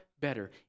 better